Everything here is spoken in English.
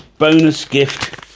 bonus gift.